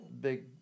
big